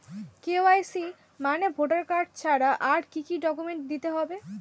KYC মানে voter card ছাড়া আর কি কি ডকুমেন্ট দিতে হবে?